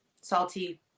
salty